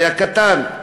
היה קטן,